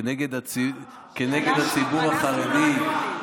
כנגד הציבור החרדי.